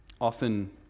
often